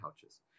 couches